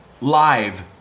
live